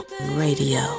Radio